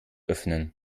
öffnen